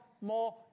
more